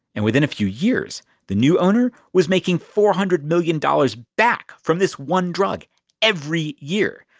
and within a few years, the new owner was making four hundred million dollars back from this one drug every year.